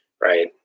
right